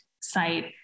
site